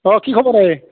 অঁ কি খবৰ এই